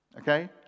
okay